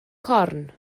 corn